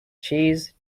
cheese